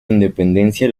independencia